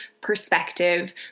perspective